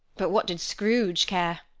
but what did scrooge care!